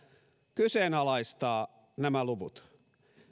kyseenalaistaa nämä luvut